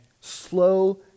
Slow